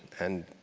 and,